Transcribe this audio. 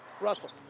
Russell